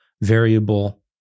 variable